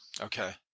Okay